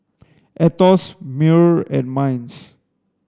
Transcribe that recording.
AETOS MEWR and MINDS